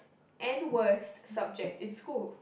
and worst subject in school